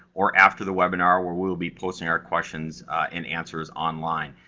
or after the webinar, where we will be posting our questions and answers online.